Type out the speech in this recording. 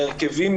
ההרכבים,